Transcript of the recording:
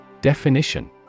Definition